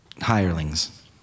hirelings